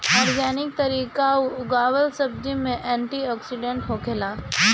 organic तरीका उगावल सब्जी में एंटी ओक्सिडेंट होखेला